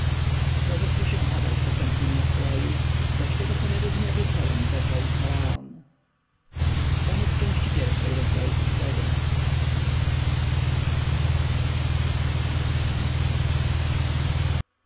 rozeszli się obaj w posępnym nastroju zaś tego samego dnia wieczorem wezwał ich faraon